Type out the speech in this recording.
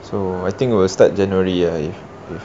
so I think it will start january ah if if